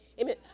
Amen